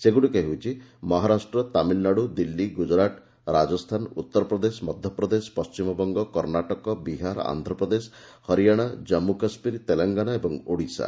ସେଗ୍ରଡ଼ିକ ହେଉଛି ମହାରାଷ୍ଟ୍ର ତାମିଲ୍ନାଡ୍ର ଦିଲ୍ଲୀ ଗୁଜ୍ରାଟ୍ ରାଜସ୍ଥାନ ଉତ୍ତରପ୍ରଦେଶ ମଧ୍ୟପ୍ରଦେଶ ପଣ୍ଠିମବଙ୍ଗ କର୍ଷାଟକ ବିହାର ଆନ୍ଧ୍ରପ୍ରଦେଶ ହରିୟାଣା ଜନ୍ମୁ କାଶ୍ମୀର ତେଲଙ୍ଗାନା ଏବଂ ଓଡ଼ିଶା